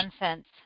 Nonsense